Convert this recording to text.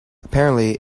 apparently